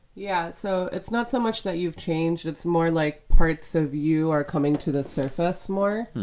yeah. so it's not so much that you've changed. it's more like parts of you are coming to the surface more